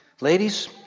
Ladies